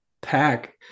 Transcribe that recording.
pack